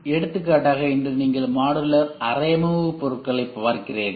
எடுத்துக்காட்டாக இன்று நீங்கள் மாடுலர் அறையமர்வுப்பொருட்கள் பார்க்கிறீர்கள்